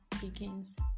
begins